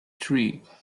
three